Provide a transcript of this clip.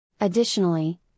additionally